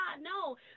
No